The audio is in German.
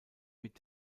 mit